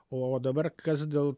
o dabar kas dėl